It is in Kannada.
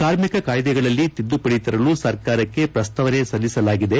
ಕಾರ್ಮಿಕ ಕಾಯ್ಲೆಗಳಲ್ಲಿ ತಿದ್ದುಪಡಿ ತರಲು ಸರ್ಕಾರಕ್ಷೆ ಪ್ರಸ್ತಾವನೆ ಸಲ್ಲಿಸಲಾಗಿದೆ